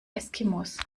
eskimos